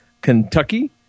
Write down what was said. Kentucky